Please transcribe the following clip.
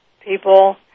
people